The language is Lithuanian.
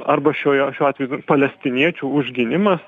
arba šioje šiuo atveju palestiniečių užgynimas